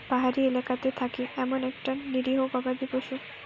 পাহাড়ি এলাকাতে থাকে এমন একটা নিরীহ গবাদি পশু